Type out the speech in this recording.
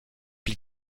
pli